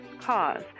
Cause